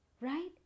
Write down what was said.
right